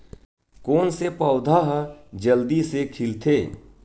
कोन से पौधा ह जल्दी से खिलथे?